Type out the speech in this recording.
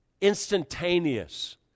Instantaneous